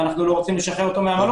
ואנחנו לא רוצים לשחרר אותו מהמלון.